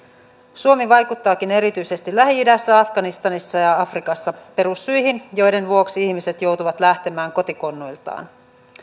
suomi vaikuttaakin erityisesti lähi idässä afganistanissa ja afrikassa perussyihin joiden vuoksi ihmiset joutuvat lähtemään kotikonnuiltaan